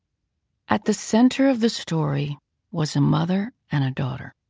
at the center of the story was a mother and a daughter.